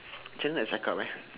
macam mana nak cakap eh